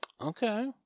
Okay